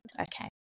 okay